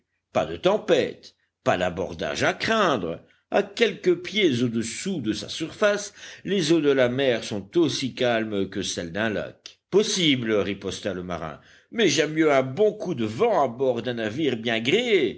pas de tempêtes pas d'abordages à craindre à quelques pieds au-dessous de sa surface les eaux de la mer sont aussi calmes que celles d'un lac possible riposta le marin mais j'aime mieux un bon coup de vent à bord d'un navire bien gréé